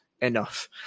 enough